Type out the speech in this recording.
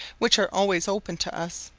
which are always open to us.